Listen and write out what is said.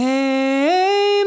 Hey